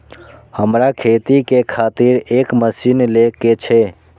हमरा खेती के खातिर एक मशीन ले के छे?